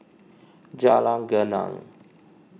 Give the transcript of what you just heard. Jalan Geneng